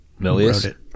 Milius